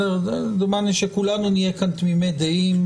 אני יכול להגיד לאדוני שהמציאות היא בלתי נסבלת,